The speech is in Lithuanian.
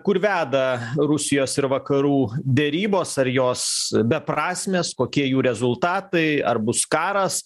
kur veda rusijos ir vakarų derybos ar jos beprasmės kokie jų rezultatai ar bus karas